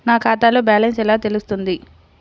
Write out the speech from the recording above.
నా ఖాతాలో బ్యాలెన్స్ ఎలా తెలుస్తుంది?